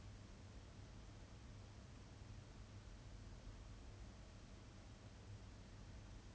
or if someone reports it like this person obviously underage and then someone else reports it to admin